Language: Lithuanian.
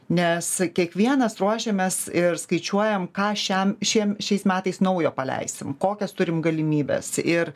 nes kiekvienas ruošiamės ir skaičiuojam ką šiam šiem šiais metais naujo paleisim kokias turime galimybes ir